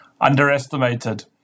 Underestimated